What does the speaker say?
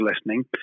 listening